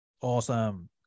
Awesome